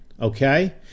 Okay